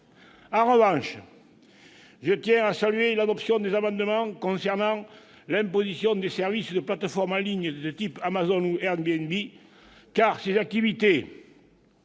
En revanche, je tiens à saluer l'adoption des amendements concernant l'imposition des services de plateformes en ligne de type Amazon ou Airbnb, car ces activités,